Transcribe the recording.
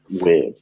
weird